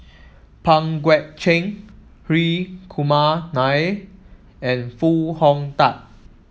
Pang Guek Cheng Hri Kumar Nair and Foo Hong Tatt